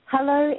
Hello